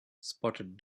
spotted